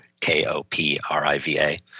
K-O-P-R-I-V-A